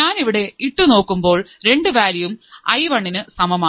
ഞാനിവിടെ ഇട്ടു നോക്കുമ്പോൾ രണ്ടു വാല്യുവും ഐ വണ്ണിന് സമമാണ്